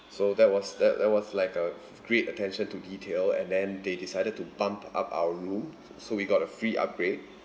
so that was that there was like a great attention to detail and then they decided to bump up our room so we got a free upgrade